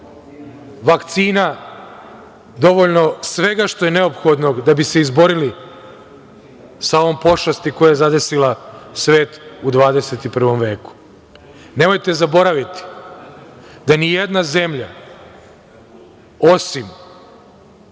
vakcina, dovoljno svega što je neophodno da bi se izborili sa ovom pošasti koja je zadesila svet u 21. veku. Nemojte zaboraviti da ni jedna zemlja, osim